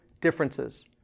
differences